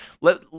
Let